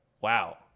Wow